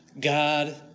God